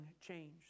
change